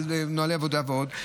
נוהלי עבודה ועוד.